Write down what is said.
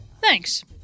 Thanks